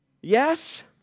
Yes